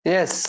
Yes